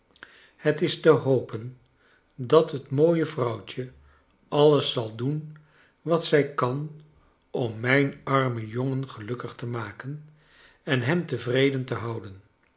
het is te hopen dat het mooie vrouwtje alles zal doen wat zij kan om mijn armen jongen gelukkig te maken en hem tevreden te houden